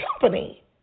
company